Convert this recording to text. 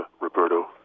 Roberto